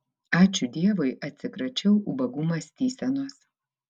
ačiū dievui atsikračiau ubagų mąstysenos